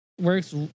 works